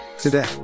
today